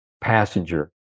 passenger